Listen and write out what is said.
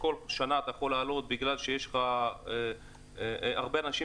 שכל שנה אתה יכול לעלות בגלל שיש לך הרבה אנשים